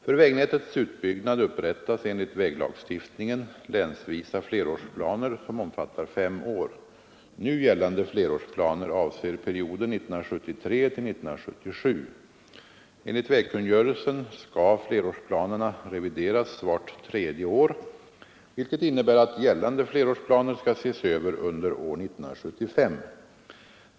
perioden 1973—1977. Enligt vägkungörelsen skall flerårsplanerna revideras vart tredje år, vilket innebär att gällande flerårsplaner skall ses över under år 1975.